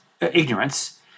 ignorance